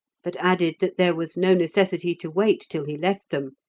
but added that there was no necessity to wait till he left them,